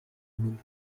mille